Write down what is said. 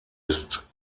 ist